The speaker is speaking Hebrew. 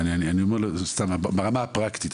אני מדבר ברמה הפרקטית.